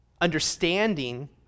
Understanding